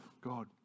God